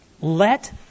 let